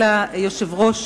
אלא יושב-ראש